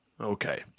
Okay